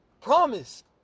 Promise